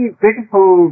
beautiful